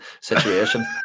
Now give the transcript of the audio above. situation